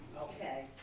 Okay